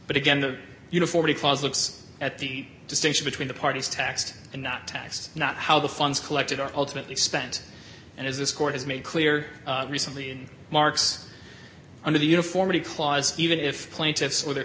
but again the uniformity clause looks at the distinction between the parties taxed and not taxed not how the funds collected are ultimately spent and as this court has made clear recently in marks under the uniformity clause even if plaintiffs or their